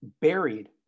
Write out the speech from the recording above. Buried